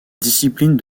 discipline